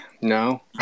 No